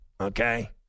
okay